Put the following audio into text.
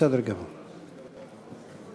אדוני היושב-ראש, אדוני ראש